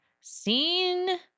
seen